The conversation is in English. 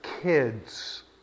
kids